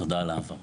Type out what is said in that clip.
תודה על ההבהרה.